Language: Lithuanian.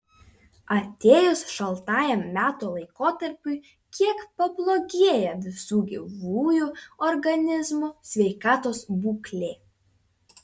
atėjus šaltajam metų laikotarpiui kiek pablogėja visų gyvųjų organizmų sveikatos būklė